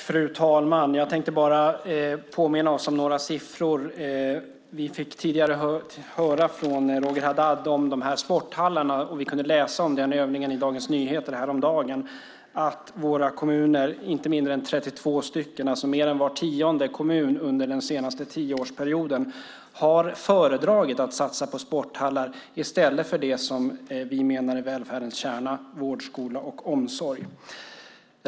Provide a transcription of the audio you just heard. Fru talman! Jag tänkte bara påminna om några siffror. Vi fick tidigare höra från Roger Haddad om dessa sporthallar, och vi kunde läsa om den övningen i Dagens Nyheter häromdagen. Inte mindre än 32 kommuner, alltså mer än var tionde kommun, har under den senaste tioårsperioden föredragit att satsa på sporthallar i stället för på det som vi menar är välfärdens kärna, nämligen vård, skola och omsorg.